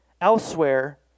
elsewhere